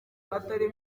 atari